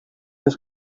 this